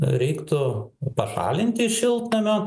reiktų pašalinti iš šiltnamio